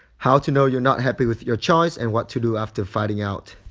how to know you're not happy with your choice and what to do after finding out?